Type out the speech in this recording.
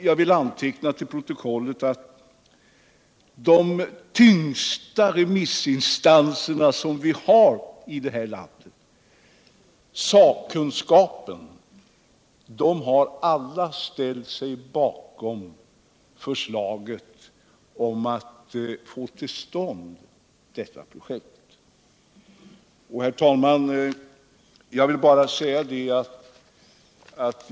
Jag vill ocksä erinra om att de tyngsta remissinstanser, dvs. sakkunskaper på området. har ställt sig bakom detta projekt. Herr talman!